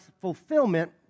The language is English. fulfillment